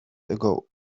ago